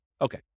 Okay